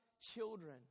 children